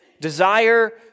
desire